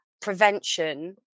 prevention